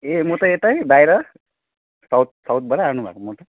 ए म त यतै बाहिर साउथ साउथबाटै आउनुभएको म त